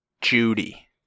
Judy